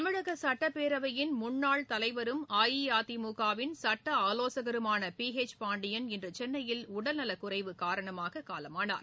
தமிழக சட்டப்பேரவையின் முன்னாள் தலைவரும் அஇஅதிமுக வின் சட்ட ஆலோசகருமான பி ஹெச் பாண்டியன் இன்று சென்னையில் உடல்நலக்குறைவு காரணமாக காலமானார்